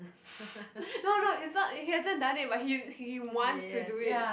no no is not he hasn't done it but he he wants to do it